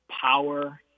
power